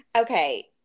Okay